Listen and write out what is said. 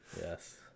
Yes